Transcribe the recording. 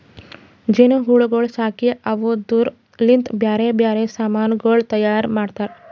ಜೇನು ಹುಳಗೊಳ್ ಸಾಕಿ ಅವುದುರ್ ಲಿಂತ್ ಬ್ಯಾರೆ ಬ್ಯಾರೆ ಸಮಾನಗೊಳ್ ತೈಯಾರ್ ಮಾಡ್ತಾರ